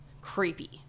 Creepy